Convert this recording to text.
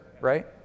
right